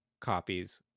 copies